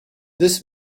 this